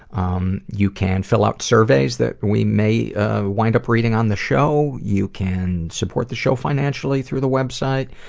um you can fill out surveys that we may ah wind up reading on the show, you can support the show financially through the website,